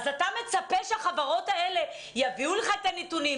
אז אתה מצפה שהחברות האלה יביאו לך את הנתונים?